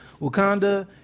Wakanda